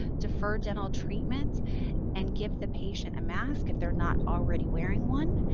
defer dental treatment and give the patient a mask, if they're not already wearing one.